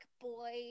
boy